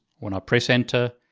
when i press enter,